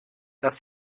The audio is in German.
das